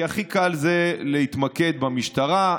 הכי קל להתמקד במשטרה,